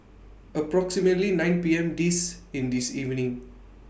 approximately nine P M This in This evening